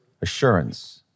assurance